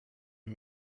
you